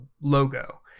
logo